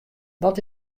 wat